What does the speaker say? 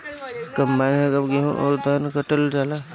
combine से अब गेहूं अउर धान दूनो काटल जाला